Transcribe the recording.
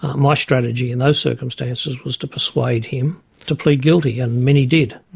my strategy in those circumstances was to persuade him to plead guilty and many did.